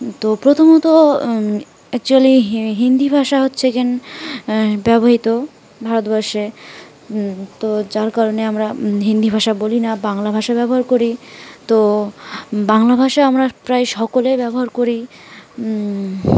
তো প্রথমত অ্যাকচুয়ালি হিন্দি ভাষা হচ্ছে কেন ব্যবহৃত ভারতবর্ষে তো যার কারণে আমরা হিন্দি ভাষা বলি না বাংলা ভাষা ব্যবহার করি তো বাংলা ভাষা আমরা প্রায় সকলেই ব্যবহার করি